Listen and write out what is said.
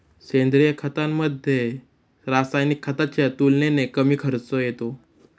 सेंद्रिय खतामध्ये, रासायनिक खताच्या तुलनेने कमी खर्च येतो